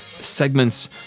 segments